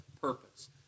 purpose